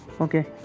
okay